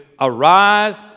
arise